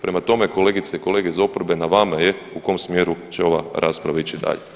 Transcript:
Prema tome, kolegice i kolege iz oporbe na vama je u kom smjeru će ova rasprava ići i dalje.